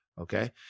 okay